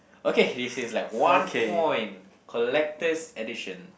okay this is like one point collector's edition